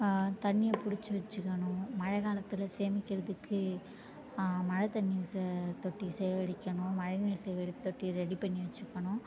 தண்ணியை பிடிச்சி வச்சுக்கணும் மழை காலத்தில் சேமிக்கிறதுக்கு மழை தண்ணி ச தொட்டி சேகரிக்கணும் மழை நீர் சேகரிப்பு தொட்டி ரெடி பண்ணி வச்சுக்கணும்